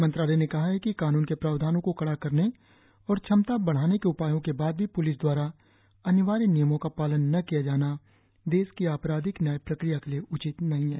मंत्रालय ने कहा है कि कानून के प्रावधानों को कड़ा करने और क्षमता बढाने के उपायों के बाद भी प्लिस द्वारा अनिवार्य नियमों का पालन न किया जाना देश की आपराधिक न्याय प्रक्रिया के लिए उचित नहीं है